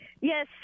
yes